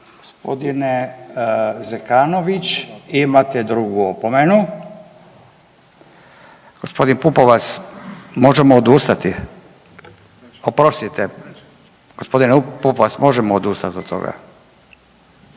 Gospodine Zekanović vi imate drugu opomenu. Gospodin Pupovac možemo odustati, oprostite, gospodin Pupovac možemo odustati od toga?